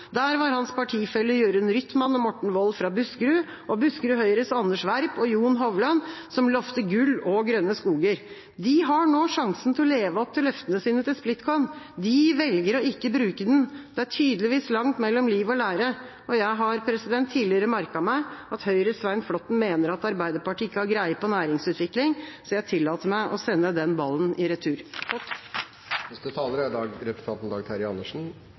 der var hans partifeller Jørund Rytman og Morten Wold fra Buskerud og Buskerud Høyres Anders Werp og Jon Hovland, som lovte gull og grønne skoger. De har nå sjansen til å leve opp til løftene sine til Splitkon. De velger ikke å bruke den. Det er tydeligvis langt mellom liv og lære. Jeg har tidligere merket meg at Høyres Svein Flåtten mener at Arbeiderpartiet ikke har greie på næringsutvikling, så jeg tillater meg å sende den ballen i retur.